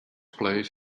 plays